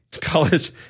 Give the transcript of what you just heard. college